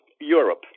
Europe